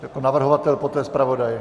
Jako navrhovatel, poté zpravodaj.